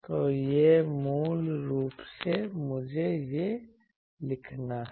तो यह मूल रूप से मुझे यह लिखना है